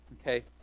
Okay